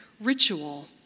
ritual